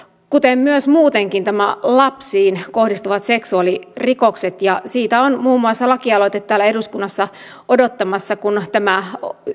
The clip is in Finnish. kuten myös muutenkin nämä lapsiin kohdistuvat seksuaalirikokset ja siitä on muun muassa lakialoite täällä eduskunnassa odottamassa että tämä